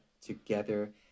together